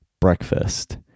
breakfast